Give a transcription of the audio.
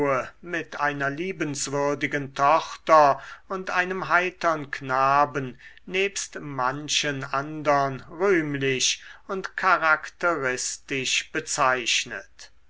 mit einer liebenswürdigen tochter und einem heitern knaben nebst manchen andern rühmlich und charakteristisch bezeichnet